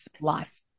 life